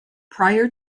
prior